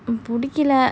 பிடிக்கல:pidikala